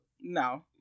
no